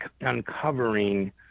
uncovering